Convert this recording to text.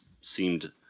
seemed